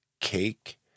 cake